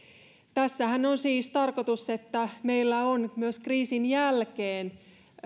tässähän on siis tarkoituksena että meillä on myös kriisin jälkeen